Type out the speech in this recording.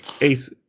Ace